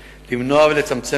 לאלימות?